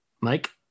Mike